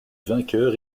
vainqueur